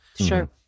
Sure